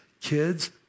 kids